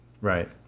Right